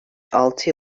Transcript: altı